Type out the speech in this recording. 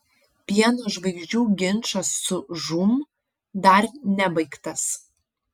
pieno žvaigždžių ginčas su žūm dar nebaigtas